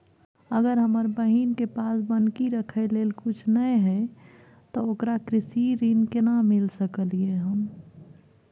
अगर हमर बहिन के पास बन्हकी रखय लेल कुछ नय हय त ओकरा कृषि ऋण केना मिल सकलय हन?